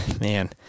Man